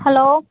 hello